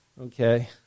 Okay